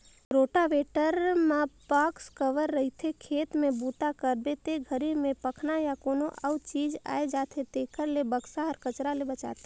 rotavator म box cover रहिथे, खेत में बूता करबे ते घरी में पखना या कोनो अउ चीज आये जाथे तेखर ले बक्सा हर कचरा ले बचाथे